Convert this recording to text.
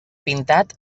pintat